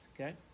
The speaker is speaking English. okay